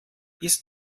ist